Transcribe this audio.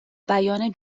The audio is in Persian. بیان